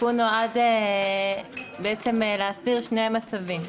התיקון נועד להסדיר שני מצבים.